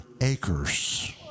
acres